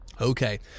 Okay